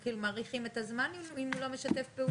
כי מאריכים את הזמן אם הוא לא משתף פעולה.